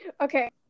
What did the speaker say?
Okay